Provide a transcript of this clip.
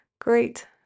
great